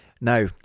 Now